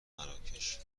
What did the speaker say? مراکش